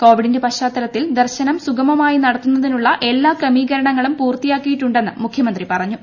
കോവിഡിന്റെ പശ്ചാത്തലത്തിൽ ദർശനം സുഗമമായി നടത്തുതിനുള്ള എല്ലാ ക്രമീകരണങ്ങളും പൂർത്തിയാക്കിയിട്ടുണ്ടെന്ന് മുഖ്യമന്ത്രി പറഞ്ഞു